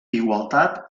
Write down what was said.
igualtat